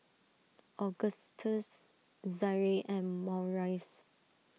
Augustes Zaire and Maurice